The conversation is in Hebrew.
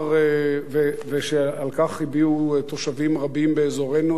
ועל כך הביעו תושבים רבים באזורנו,